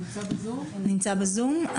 הוא נמצא איתנו בזום.